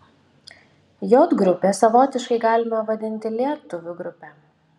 j grupę savotiškai galime vadinti lietuvių grupe